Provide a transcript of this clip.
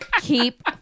keep